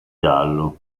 giallo